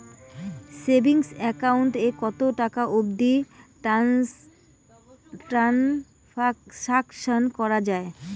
Savings account এ কতো টাকা অবধি ট্রানসাকশান করা য়ায়?